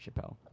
Chappelle